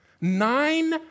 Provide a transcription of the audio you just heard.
Nine